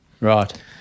Right